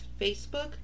Facebook